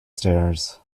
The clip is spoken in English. stairs